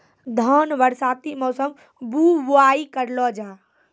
धान बरसाती मौसम बुवाई करलो जा?